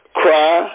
cry